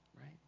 Right